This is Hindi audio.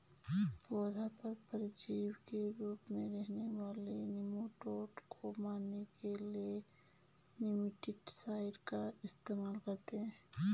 पौधों पर परजीवी के रूप में रहने वाले निमैटोड को मारने के लिए निमैटीसाइड का इस्तेमाल करते हैं